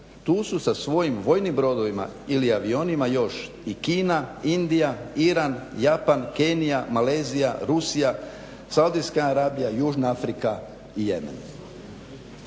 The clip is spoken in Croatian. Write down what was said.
tu su sa svojim vojnim brodovima ili avionima još i Kina, Indija, Iran, Japan, Kenija, Malezija, Rusija, Saudijska Arabija, Južna Afrika i Jemen.